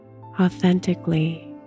authentically